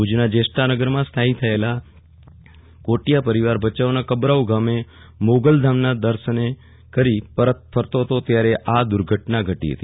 ભુજના જયેષ્ઠા નગરમાં સ્થાયી થયેલા કોટિયા પરિવાર ભચાઉના કબરાઉ ગામે મોગલધામના દર્શન કરી પરત ફરતા હતા ત્યારે આ દુર્ઘટના ઘટી હતી